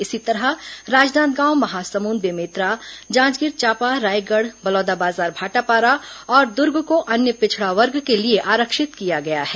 इसी तरह राजनांदगांव महासमुंद बेमेतरा जांजगीर चांपा रायगढ़ बलौदाबाजार भाटापारा और दुर्ग को अन्य पिछड़ा वर्ग के लिए आरक्षित किया गया है